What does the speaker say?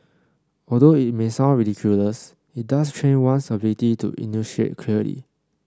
although it may sound ridiculous it does train one's ability to enunciate clearly